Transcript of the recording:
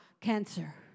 cancer